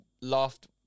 laughed